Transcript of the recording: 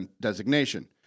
designation